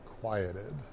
quieted